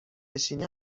نشینی